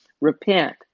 repent